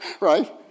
right